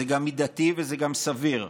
זה גם מידתי וזה גם סביר,